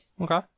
Okay